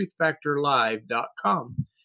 truthfactorlive.com